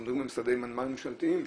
אנחנו מדברים על משרדי מנמ"ר ממשלתיים,